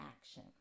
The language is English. action